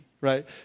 right